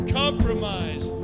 compromise